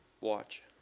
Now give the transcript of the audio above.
watch